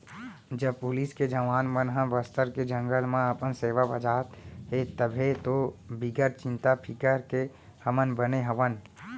जब पुलिस के जवान मन ह बस्तर के जंगल म अपन सेवा बजात हें तभे तो बिगर चिंता फिकर के हमन बने हवन